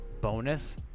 bonus